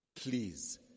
Please